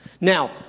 Now